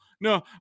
no